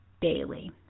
daily